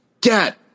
Get